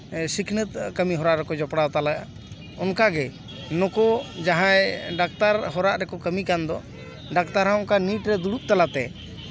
ᱥᱤᱠᱷᱱᱟᱹᱛ ᱠᱟᱹᱢᱤ ᱦᱚᱨᱟ ᱨᱮᱠᱚ ᱡᱚᱯᱲᱟᱣ ᱛᱟᱞᱮᱭᱟ ᱚᱱᱠᱟ ᱜᱮ ᱱᱩᱠᱩ ᱡᱟᱦᱟᱸᱭ ᱰᱟᱠᱛᱟᱨ ᱦᱚᱨᱟ ᱨᱮᱠᱚ ᱠᱟᱹᱢᱤ ᱠᱟᱱ ᱫᱚ ᱰᱟᱠᱛᱟᱨ ᱦᱚᱸ ᱚᱱᱠᱟ ᱱᱤᱴ ᱨᱮ ᱫᱩᱲᱩᱵ ᱛᱟᱞᱟᱛᱮ